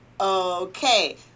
Okay